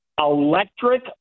electric